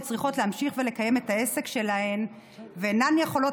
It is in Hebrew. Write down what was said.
שצריכות להמשיך ולקיים את העסק שלהן ואינן יכולות